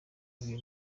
bintu